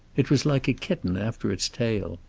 it was like a kitten after its tail.